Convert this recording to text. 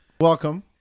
Welcome